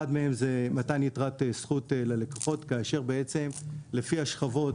אחד מהם זה מתן יתרת זכות ללקוחות כאשר בעצם לפי השכבות